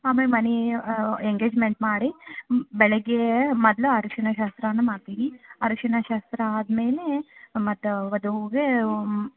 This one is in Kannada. ಆಮೇಲೆ ಮನೆ ಎಂಗೇಜ್ಮೆಂಟ್ ಮಾಡಿ ಬೆಳಿಗ್ಗೇ ಮೊದಲು ಅರಿಶಿನ ಶಾಸ್ತ್ರನು ಮಾಡ್ತೀವಿ ಅರಶಿನ ಶಾಸ್ತ್ರ ಆದಮೇಲೆ ಮತ್ತೆ ವದುವಿಗೇ